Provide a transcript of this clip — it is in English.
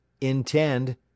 intend